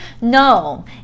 No